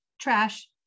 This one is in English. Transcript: Trash